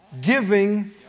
Giving